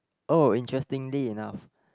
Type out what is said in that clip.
oh interestingly enough